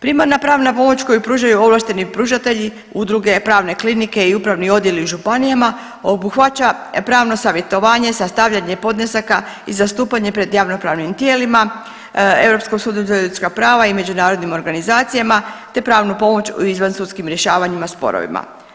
Primarna pravna pomoć koju pružaju ovlašteni pružatelji, udruge, pravne klinike i upravni odjeli u županijama obuhvaća pravno savjetovanje, sastavljanje podnesaka i zastupanje pred javnopravnim tijelima, Europskim sudu za ljudska prava i međunarodnim organizacijama te pravnu pomoću u izvansudskim rješavanjima sporovima.